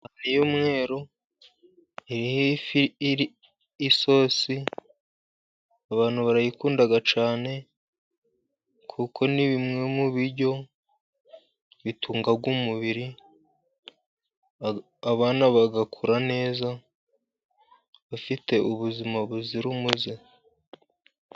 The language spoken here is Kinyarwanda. Isahane y'umweru iriho ifi irimo isosi abantu barayikunda cyane, kuko ni bimwe mu biryo bitunga umubiri abana bagakura neza, bafite ubuzima buzira umuze.